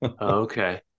Okay